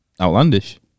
outlandish